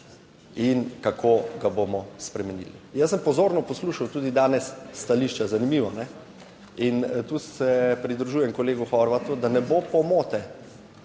In kako ga bomo spremenili. Jaz sem pozorno poslušal tudi danes stališča, zanimivo in tu se pridružujem kolegu Horvatu, da ne bo pomote,